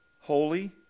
Holy